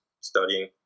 studying